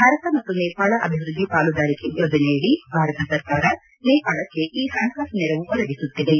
ಭಾರತ ಮತ್ತು ನೇಪಾಳ ಅಭಿವೃದ್ದಿ ಪಾಲುದಾರಿಕೆ ಯೋಜನೆಯಡಿ ಭಾರತ ಸರ್ಕಾರ ನೇಪಾಳಕ್ಕೆ ಈ ಹಣಕಾಸು ನೆರವು ಒದಗಿಸುತ್ತಿವೆ